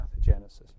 pathogenesis